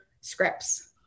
scripts